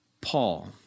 Paul